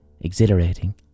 exhilarating